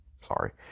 sorry